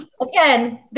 again